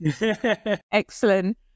Excellent